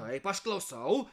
taip aš klausau